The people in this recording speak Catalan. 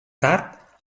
tard